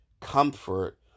comfort